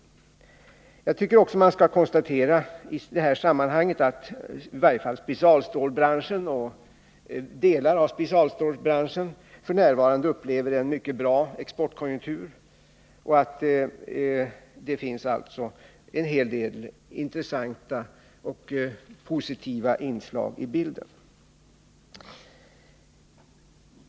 Jag tycker också att man skall konstatera i det här sammanhanget att i varje fall delar av specialstålsbranschen f. n. upplever en mycket bra exportkonjunktur. Det finns alltså en hel del intressanta och positiva inslag i bilden.